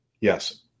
Yes